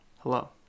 hello